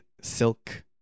silk